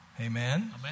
Amen